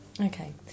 Okay